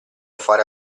fare